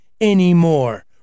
anymore